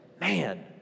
man